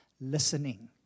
listening